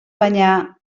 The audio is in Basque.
baina